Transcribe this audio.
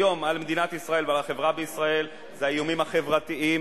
על מדינת ישראל ועל החברה בישראל זה האיומים החברתיים,